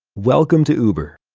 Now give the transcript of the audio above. welcome to uber.